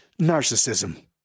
narcissism